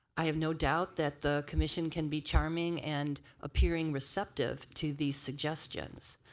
i have no doubt that the commission can be charming and appearing receptive to the suggestions.